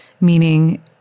Meaning